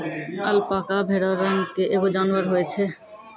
alpaca भेड़ो रंग के एगो जानबर होय छै